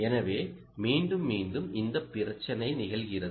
எனவே மீண்டும் மீண்டும் மீண்டும் இந்த பிரச்சனை நிகழ்கிறது